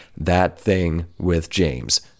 thatthingwithjames